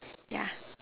yeah